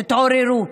תתעוררו.